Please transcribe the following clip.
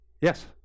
yes